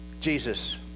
Jesus